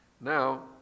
Now